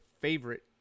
favorite